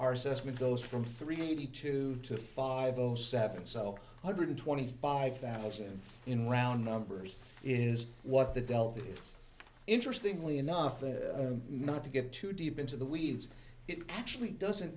our assessment goes from three eighty two to five zero seven so hundred twenty five thousand in round numbers is what the delta interestingly enough not to get too deep into the weeds it actually doesn't